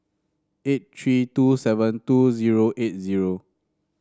eight three two seven two zero eight zero